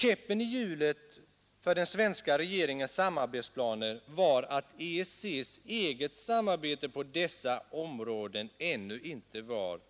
Käppen i hjulet för den svenska regeringens samarbetsplaner var att EEC':s eget samarbete på dessa områden ännu var